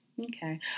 Okay